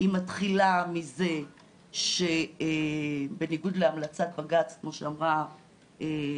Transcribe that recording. היא מתחילה מזה שבניגוד להמלצת בג"צ כמו שאמרה,